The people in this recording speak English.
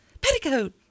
Petticoat